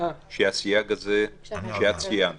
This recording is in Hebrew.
שהסייג הזה שאת ציינת